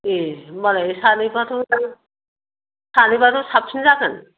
ए होनबालाय सानैबाथ' बे सानैबाथ' साबसिन जागोन